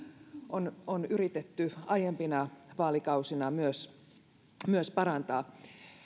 on on yritetty myös aiempina vaalikausina parantaa